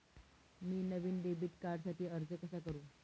मी नवीन डेबिट कार्डसाठी अर्ज कसा करु?